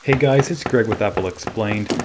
hey guys, it's greg with apple explained,